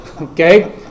Okay